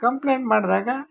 complaint ಮಾಡಿದಾಗ